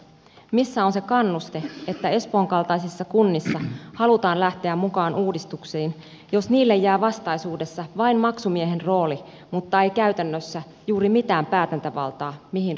missä on se kannuste että espoon kaltaisissa kunnissa halutaan lähteä mukaan uudistuksiin jos niille jää vastaisuudessa vain maksumiehen rooli mutta ei käytännössä juuri mitään päätäntävaltaa mihin rahat käytetään